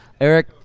Eric